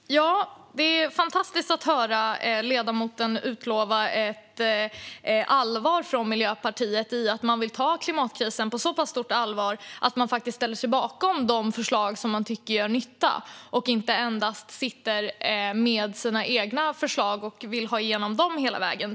Fru talman! Det är fantastiskt att höra ledamoten utlova att Miljöpartiet tar klimatkrisen på så pass stort allvar att man faktiskt ställer sig bakom de förslag som man tycker gör nytta och inte endast sitter med sina egna förslag och vill ha igenom dem hela vägen.